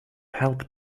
help